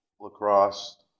lacrosse